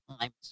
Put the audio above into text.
times